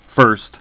First